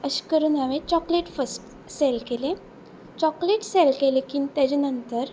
अशें करून हांवे चॉकलेट फस्ट सॅल केले चॉकलेट सॅल केले की तेजे नंतर